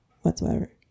whatsoever